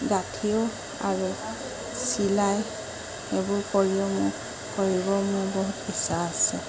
গাঠিও আৰু চিলাই সেইবোৰ কৰিও মোক কৰিব মোৰ বহুত ইচ্ছা আছে